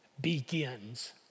begins